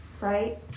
Right